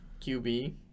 QB